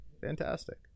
Fantastic